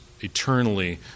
eternally